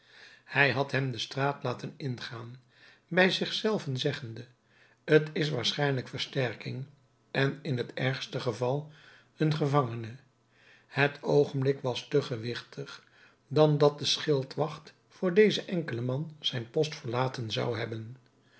hij had hem de straat laten ingaan bij zich zelven zeggende t is waarschijnlijk versterking en in t ergste geval een gevangene het oogenblik was te gewichtig dan dat de schildwacht voor dezen enkelen man zijn post verlaten zou hebben